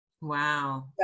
Wow